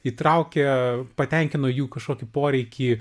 įtraukė patenkino jų kažkokį poreikį